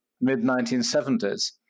mid-1970s